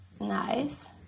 Nice